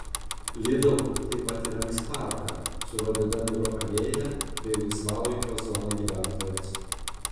lidl taip pat įrengs parką su rododendrų alėja bei laisvalaikio zona gyventojams